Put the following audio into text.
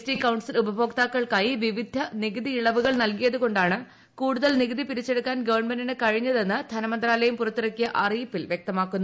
T council ഉപ ഭോക്താക്കൾക്കായി വിവിധ നികുതി ഇളവുകൾ നല്കിയതു കൊണ്ടാണ് കൂടുതൽ നികുതി പിരിച്ചെടുക്കാൻ ഗവണ്മെന്റിന് കഴിഞ്ഞതെന്ന് ധനമന്ത്രാലയം പുറത്തിറക്കിയ അറിയിപ്പിൽ വൃക്തമാക്കുന്നു